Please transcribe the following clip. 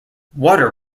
water